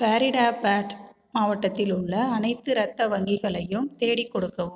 ஃபரிதாபாத் மாவட்டத்தில் உள்ள அனைத்து இரத்த வங்கிகளையும் தேடிக் கொடுக்கவும்